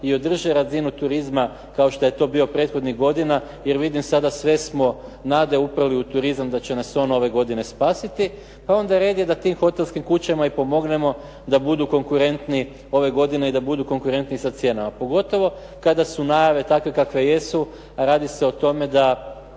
i održe razinu turizma kao što je to bilo prethodnih godina, jer vidim sve smo nade uprli u turizam da će nas on ove godine spasiti, pa onda red je da tim hotelskim kućama i pomognemo da budu konkurentni ove godine i da budu konkurentni sa cijenama. Pogotovo kada su najave takve kakve jesu, radi se o tome da